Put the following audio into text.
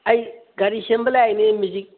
ꯑꯩ ꯒꯥꯔꯤ ꯁꯦꯝꯕ ꯂꯥꯛꯂꯤꯅꯦ ꯃꯦꯖꯤꯛ